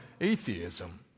atheism